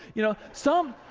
you know some,